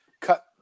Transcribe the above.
cut